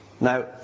Now